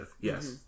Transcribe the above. yes